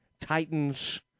Titans